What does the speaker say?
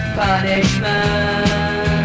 punishment